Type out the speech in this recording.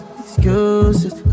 excuses